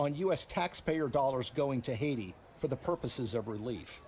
on u s taxpayer dollars going to haiti for the purposes of relief